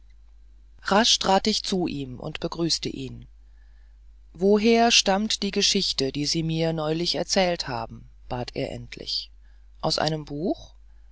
rasch trat ich zu ihm und begrüßte ihn woher stammt die geschichte die sie mir neulich erzählt haben bat er endlich aus einem buch